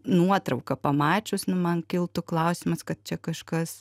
nuotrauką pamačius nu man kiltų klausimas kad čia kažkas